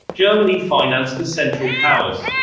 germany financed the central powers.